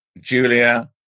Julia